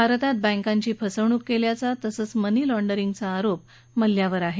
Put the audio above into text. भारतात बँकांची फसवणूक केल्याचा तसंच मनी लाँडरिंगचा अरोप मल्ल्यावर आहे